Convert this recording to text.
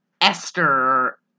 Esther